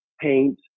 paint